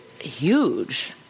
huge